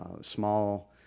small